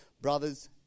brothers